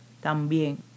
también